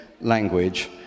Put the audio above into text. language